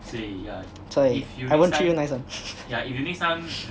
所以 I won't treat you nice [one]